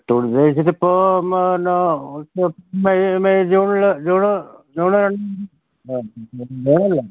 തുണി തയിച്ച് ഇപ്പോൾ എന്താ മേയ് മേയ് ജൂണിൽ ജൂണ് ജൂണ് രണ്ട് ആ മേയ് അല്ല